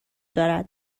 دارد